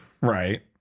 Right